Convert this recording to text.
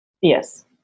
Yes